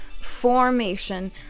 formation